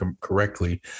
correctly